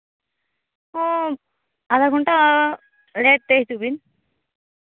ᱚᱸᱻ ᱟᱫᱷᱟ ᱜᱷᱚᱱᱴᱟ ᱞᱮᱴ ᱛᱮ ᱦᱤᱡᱩᱜ ᱵᱤᱱ